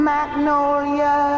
magnolia